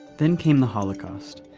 then came the holocaust,